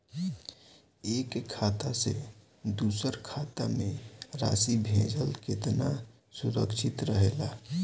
एक खाता से दूसर खाता में राशि भेजल केतना सुरक्षित रहेला?